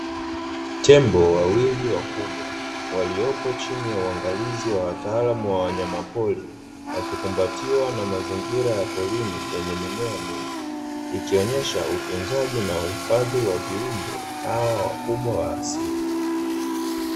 Tembo wawili wakubwa waliopo chini ya uangalizi wa wataalamu wa wanyamapori, wakikumbatiwa na mazingira ya porini yenye mimea mingi ikionyesha utunzaji na uhifadhi wa viumbe hawa wakubwa wa asili.